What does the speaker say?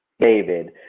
David